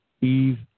Eve